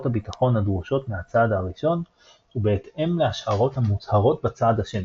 הביטחון הדרושות מהצעד הראשון ובהתאם להשערות המוצהרות בצעד השני.